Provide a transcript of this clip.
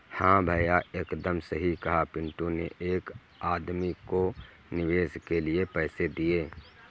हां भैया एकदम सही कहा पिंटू ने एक आदमी को निवेश के लिए पैसे दिए